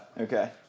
Okay